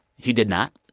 he did not.